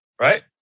Right